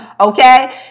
Okay